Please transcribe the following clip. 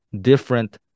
different